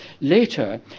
Later